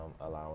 allowing